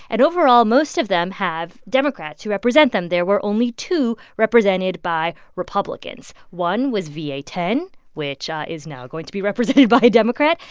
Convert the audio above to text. and overall, most of them have democrats who represent them. there were only two represented by republicans. one was va ten, which is now going to be represented by a democrat.